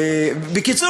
בקיצור,